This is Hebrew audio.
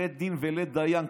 לית דין ולית דיין.